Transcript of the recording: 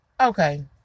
Okay